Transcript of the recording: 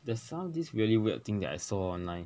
there's some this really weird thing that I saw online